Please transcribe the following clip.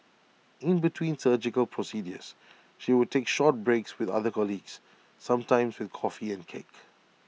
in between surgical procedures she would take short breaks with other colleagues sometimes with coffee and cake